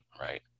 right